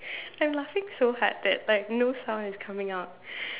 I'm laughing so hard that like no sound is coming out